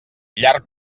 llarg